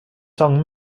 song